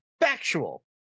factual